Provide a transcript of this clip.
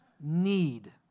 need